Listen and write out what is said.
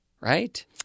right